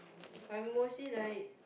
I'm mostly like